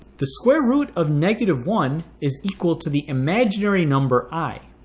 the square root of negative one is equal to the imaginary number i.